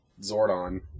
Zordon